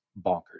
bonkers